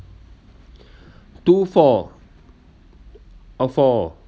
two four oh four